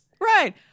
Right